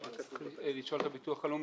צריך לשאול את הביטוח הלאומי.